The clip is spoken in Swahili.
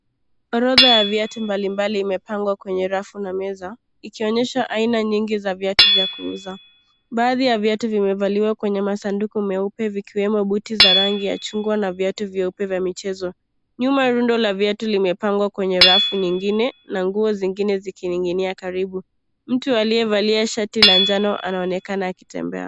Orodha ya viatu mbalimbali imepangwa kwenye rafu na meza, ikionyesha aina nyingi za viatu vya kuuza. Baadhi ya viatu vimevaliwa kwenye masanduku meupe vikiwemo buti za rangi ya chungwa na viatu vyeupe vya michezo. Nyuma rundo la viatu limepangwa kwenye rafu nyingine na nguo zingine zikining'inia karibu. Mtu aliyevalia shati la njano anaonekana akitembea.